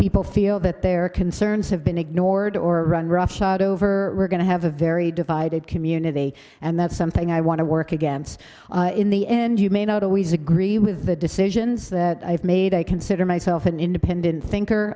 people feel that their concerns have been ignored or run roughshod over we're going to have a very divided community and that's something i want to work against in the end you may not always agree with the decisions that i've made a consider myself an independent thinker